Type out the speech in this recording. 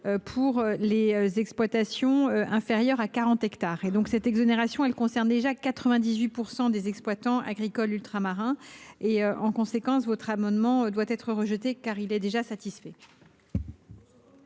pour les exploitations inférieures à quarante hectares, ce qui concerne 98 % des exploitants agricoles ultramarins. En conséquence, votre amendement doit être rejeté, car il est déjà satisfait.